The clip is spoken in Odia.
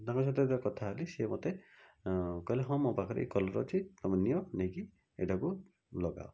ତାଙ୍କ ସହିତ ଯେତେବେଳେ କଥା ହେଲି ସେ ମୋତେ କହିଲେ ହଁ ମୋ ପାଖରେ ଏ କଲର୍ ଅଛି ତୁମେ ନିଅ ନେଇକି ଏଇଟାକୁ ଲଗାଅ